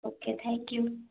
okay thank you